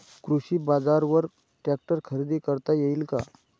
कृषी बाजारवर ट्रॅक्टर खरेदी करता येईल का?